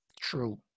true